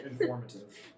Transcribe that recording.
Informative